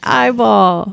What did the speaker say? eyeball